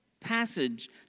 passage